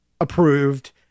approved